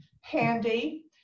handy